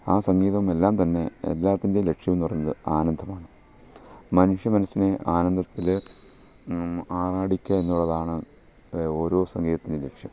ആ സംഗീതം എല്ലാം തന്നെ എല്ലാത്തിൻറേം ലക്ഷ്യം എന്ന് പറയുന്നത് ആനന്ദമാണ് മനുഷ്യ മനസ്സിനെ ആനന്ദത്തിൽ ആറാടിക്കുക എന്നുള്ളതാണ് ഓരോ സംഗീതത്തിന്റെയും ലക്ഷ്യം